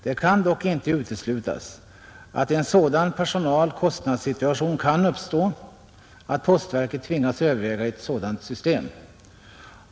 Det kan dock inte uteslutas att en sådan personaloch kostnadssituation kan uppstå, att postverket tvingas överväga ett sådant system.